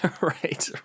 Right